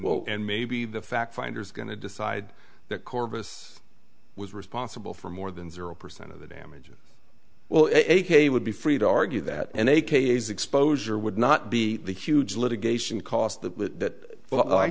well and maybe the fact finders going to decide that corvus was responsible for more than zero percent of the damages well hey would be free to argue that and a case exposure would not be the huge litigation cost that